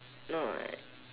no right